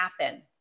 happen